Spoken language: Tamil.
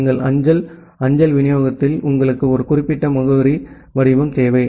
எங்கள் அஞ்சல் அஞ்சல் விநியோகத்தில் உங்களுக்கு ஒரு குறிப்பிட்ட முகவரி வடிவம் தேவை